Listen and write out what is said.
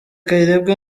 kayirebwa